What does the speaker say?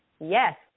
Yes